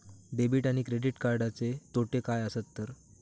Debit आणि credit कार्डचे तोटे काय आसत तर?